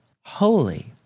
holy